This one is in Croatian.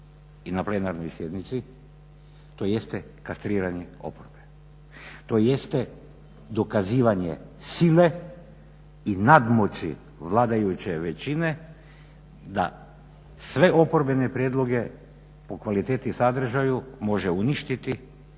i na plenarnoj sjednici, to jeste kastriranje oporbe. To jeste dokazivanje sile i nadmoći vladajuće većine da sve oporbene prijedloge po kvaliteti sadržaju može uništiti